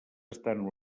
estan